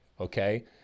okay